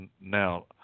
now